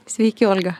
sveiki olga